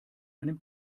einem